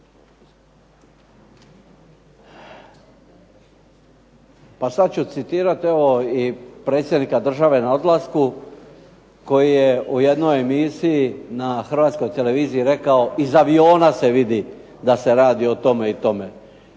Pa ću citirati evo i Predsjednika države na odlasku koji je u jednoj emisiji na Hrvatskoj televiziji rekao "iz aviona se vidi da se radi o tome i tome",